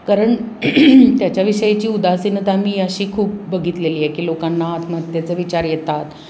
कारण त्याच्याविषयीची उदासीनता मी अशी खूप बघितलेली आहे की लोकांना आत्महत्येचे विचार येतात